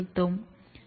மிக்க நன்றி